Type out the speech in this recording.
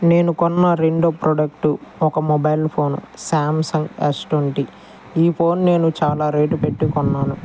నేను కొన్న రెండో ప్రొడక్టు ఒక mobile phone Samsung S twenty ఈ ఫోన్ నేను చాలా రేటు పెట్టి కొన్నాను